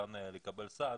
שניתן לקבל סעד,